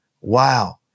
Wow